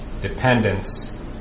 dependence